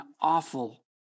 awful